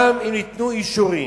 גם אם ייתנו אישורים,